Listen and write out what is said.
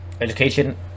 Education